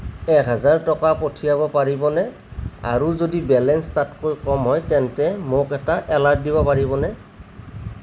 এক হাজাৰ টকা পঠিয়াব পাৰিবনে আৰু যদি বেলেঞ্চ তাতকৈ কম হয় তেন্তে মোক এটা এলাৰ্ট দিব পাৰিবনে